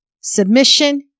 submission